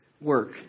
work